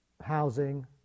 housing